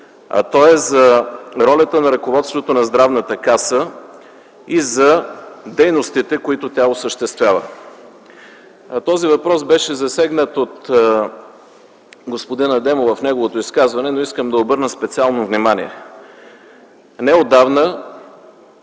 той е за ролята на ръководството на Здравната каса и за дейностите, които тя осъществява. Този въпрос беше засегнат от господин Адемов в неговото изказване, но аз искам да обърна специално внимание. Неотдавна